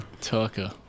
tucker